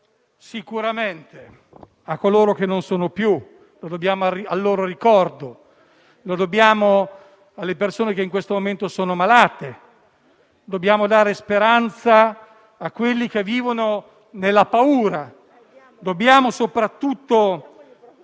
sicuramente a coloro che non ci sono più, lo dobbiamo al loro ricordo, lo dobbiamo alle persone che in questo momento sono malate; dobbiamo dare speranza a quelli che vivono nella paura. Dobbiamo soprattutto